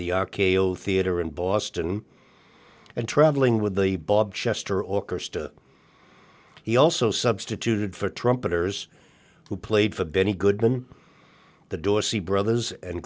the theater in boston and traveling with the bob chester orchestra he also substituted for trumpeters who played for benny goodman the dorsey brothers and